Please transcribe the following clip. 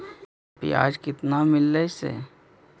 बियाज केतना मिललय से?